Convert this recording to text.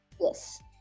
Yes